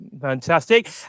fantastic